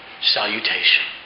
salutation